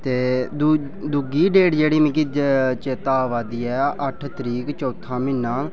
ते दुई दूई डेट जेह्ड़ी मिगी चेता आवै दी ऐ अट्ठ तरीक चौथा म्हीना